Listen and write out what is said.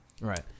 Right